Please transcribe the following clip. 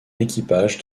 équipage